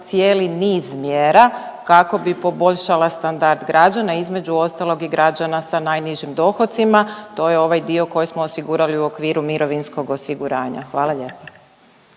cijeli niz mjera kako bi poboljšala standard građana, između ostalog i građana sa najnižim dohocima, to je ovaj dio koji smo osigurali u okviru mirovinskog osiguranja. Hvala lijepo.